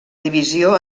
divisió